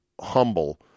humble